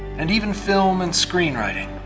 and even film and screenwriting.